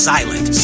Silent